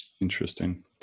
Interesting